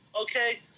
Okay